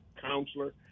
counselor